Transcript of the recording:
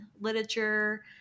literature